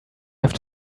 have